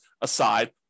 aside